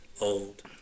old